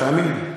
תאמין לי.